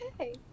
okay